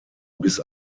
bis